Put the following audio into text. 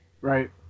Right